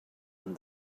and